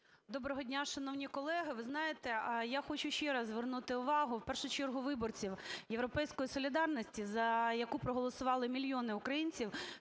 Доброго дня, шановні колеги! Ви знаєте, я хочу ще раз звернути увагу в першу чергу виборців "Європейської солідарності", за яку проголосували мільйони українців,